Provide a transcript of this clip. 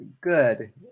Good